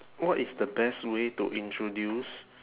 what is the best way to introduce